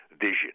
vision